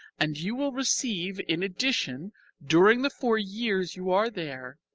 and you will receive in addition during the four years you are there,